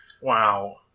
Wow